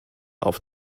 auf